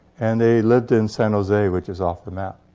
and they lived in san jose, which is off the map.